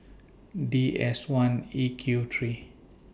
D S one E Q three